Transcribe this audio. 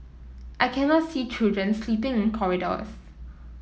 I cannot see children sleeping corridors